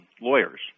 lawyers